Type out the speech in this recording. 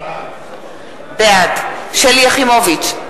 בעד שלי יחימוביץ,